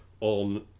on